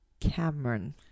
Cameron